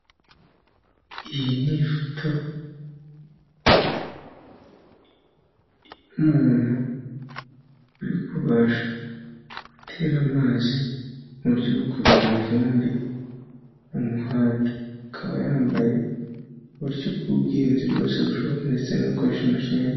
Iyi ni ifoto y'umuntu urikubasha gutera amazi mu buryo bwo kurwanya ivumbi mu muhanda, akaba yambaye uburyo b'ubwihinzi bwose bushoboka ndetse no gukoresha imashini.